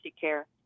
care